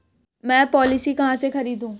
मैं पॉलिसी कहाँ से खरीदूं?